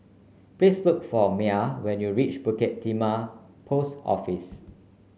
please look for Mia when you reach Bukit Timah Post Office